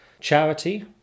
charity